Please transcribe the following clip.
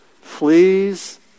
Fleas